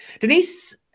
Denise